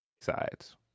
sides